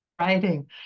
writing